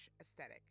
Aesthetic